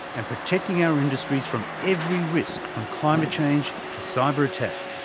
and protecting our industries from every risk, from climate change to cyber attack,